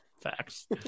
Facts